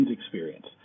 experience